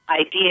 idea